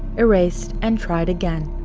erased, and tried again.